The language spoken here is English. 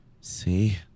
see